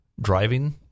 driving